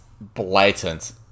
blatant